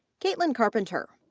kaitlin carpenter,